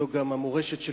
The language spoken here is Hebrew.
זו גם המורשת של